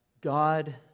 God